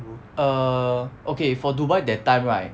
err okay for dubai that time right